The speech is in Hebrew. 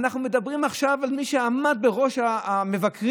אנחנו מדברים עכשיו על מי שעמד בראש המבקרים,